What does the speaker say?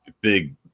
big